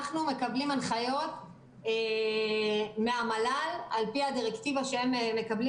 אנחנו מקבלים הנחיות מהמל"ל על פי הדירקטיבה שהם מקבלים